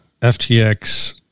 FTX